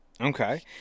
Okay